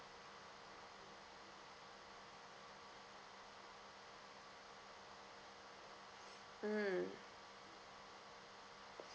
mm